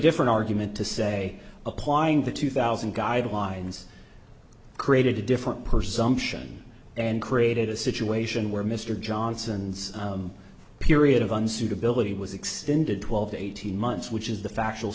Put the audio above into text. different argument to say applying the two thousand guidelines created a different person than and created a situation where mr johnson's period of unsuitability was extended twelve eighteen months which is the factual